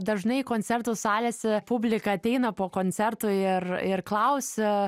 dažnai koncertų salėse publika ateina po koncerto ir ir klausia